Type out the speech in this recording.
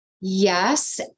yes